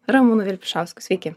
ramūnu vilpišausku sveiki